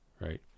right